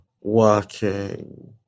working